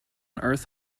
earth